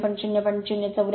पण 0